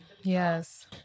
yes